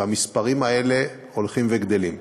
והמספרים האלה הולכים וגדלים.